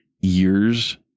years